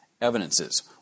evidences